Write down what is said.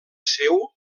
seu